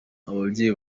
ababyeyi